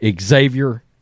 Xavier